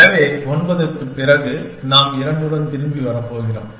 எனவே 9 க்குப் பிறகு நாம் 2 உடன் திரும்பி வரப் போகிறோம்